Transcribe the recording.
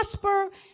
prosper